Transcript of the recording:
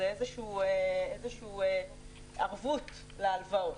זה איזה ערבות להלוואות.